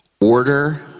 order